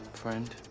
friend?